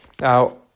Now